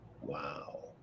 Wow